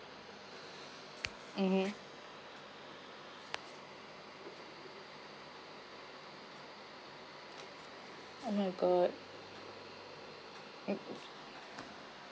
mmhmm oh my god mm